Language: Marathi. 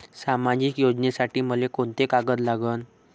सामाजिक योजनेसाठी मले कोंते कागद लागन?